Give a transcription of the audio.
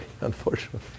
unfortunately